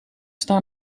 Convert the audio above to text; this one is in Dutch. staan